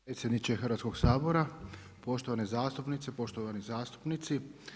Predsjedniče Hrvatskoga sabora, poštovane zastupnice, poštovani zastupnici.